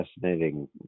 fascinating